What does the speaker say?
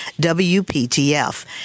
WPTF